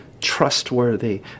trustworthy